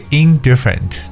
indifferent